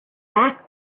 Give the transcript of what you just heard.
back